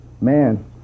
man